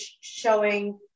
showing